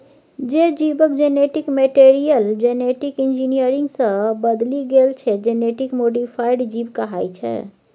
जे जीबक genetic material genetic engineering सँ बदलि गेल छै जेनेटिक मोडीफाइड जीब कहाइ छै